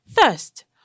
First